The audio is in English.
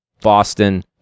Boston